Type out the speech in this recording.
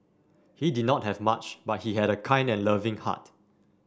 he did not have much but he had a kind and loving heart